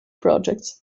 projects